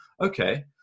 okay